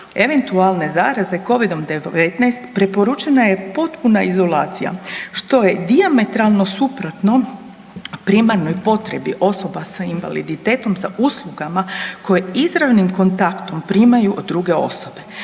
eventualne zaraze Covidom-19 preporučena je potpuna izolacija što je dijametralno suprotno primarnoj potrebi osoba sa invaliditetom za uslugama koje izravnim kontaktom primaju od druge osobe.